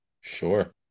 Sure